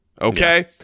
Okay